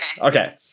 Okay